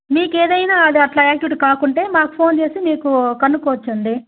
మీకు ఏదైన అది అట్లా ఆక్టివేట్ కాకుంటే మాకు ఫోన్ చేసి మీకు కనుకోవచ్చు అండి